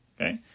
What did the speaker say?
Okay